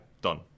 Done